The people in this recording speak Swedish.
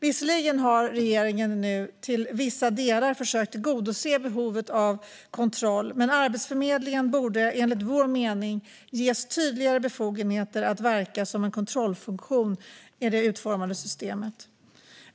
Visserligen har regeringen nu till vissa delar försökt tillgodose behovet av kontroll. Men Arbetsförmedlingen borde enligt vår mening ges tydligare befogenheter att verka som en kontrollfunktion i det utformade systemet.